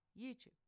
YouTube